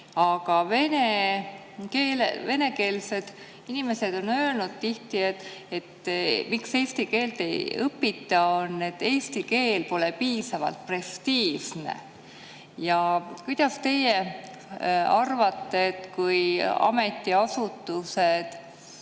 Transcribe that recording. Aga venekeelsed inimesed on tihti öelnud, miks eesti keelt ei õpita, et eesti keel pole piisavalt prestiižne. Kuidas teie arvate, kui ametiasutused